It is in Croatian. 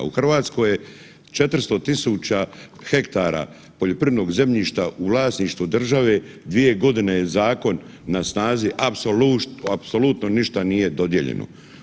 U Hrvatskoj je 400.000 hektara poljoprivrednog zemljišta u vlasništvu države, dvije godine je zakon na snazi, apsolutno ništa nije dodijeljeno.